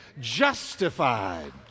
Justified